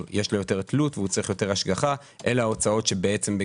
לא צריך לתקן את זה